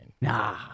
nah